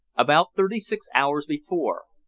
about thirty-six hours before,